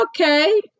okay